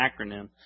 acronym